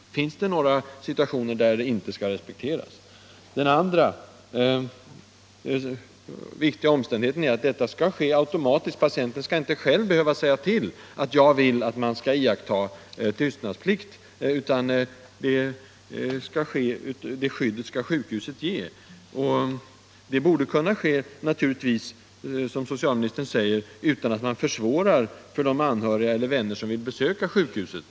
Finns dei några situationer där den inte skall respekteras? Vidare skall detta ske automatiskt. Patienten skall inte själv behöva säga till, att han vill att man skall iaktta tystnadsplikt, utan det skyddet skall sjukhuset ge. Det borde kunna ske, som socialministern säger, utan att man försvårar för anhöriga eller vänner att besöka den som ligger på sjukhus.